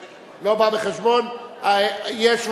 אין מתנגדים, אין נמנעים.